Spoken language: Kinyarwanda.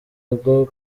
rwo